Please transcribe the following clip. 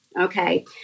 okay